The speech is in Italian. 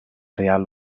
real